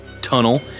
tunnel